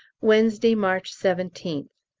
wednesday, march seventeenth.